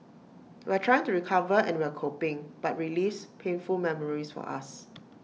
we're trying to recover and we're coping but relives painful memories for us